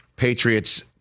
Patriots